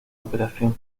operación